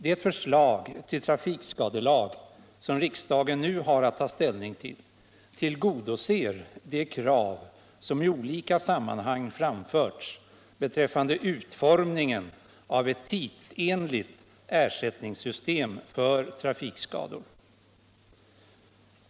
Det förslag till trafikskadelag som riksdagen nu har att ta ställning till tillgodoser de krav som i olika sammanhang framförts beträffande utformningen av ett tidsenligt ersättningssystem för trafikskador.